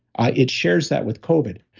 ah it shares that with covid.